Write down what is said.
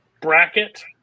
bracket